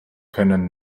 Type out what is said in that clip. können